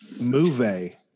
movie